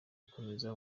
gukomeza